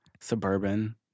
suburban